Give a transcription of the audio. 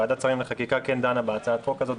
ועדת שרים לחקיקה כן דנה בהצעת החוק הזאת,